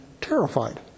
terrified